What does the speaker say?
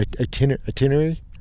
Itinerary